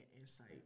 insight